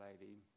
lady